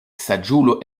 saĝulo